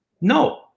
No